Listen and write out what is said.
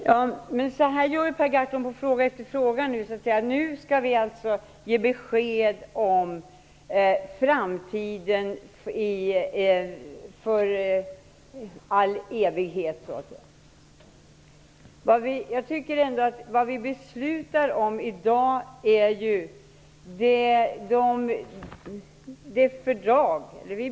Fru talman! Så här gör Per Gahrton i fråga efter fråga. Nu skall vi alltså ge besked om framtiden för all evighet. Vad vi i dag skall fatta beslut om är ett fördrag.